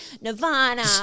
Nirvana